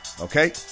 Okay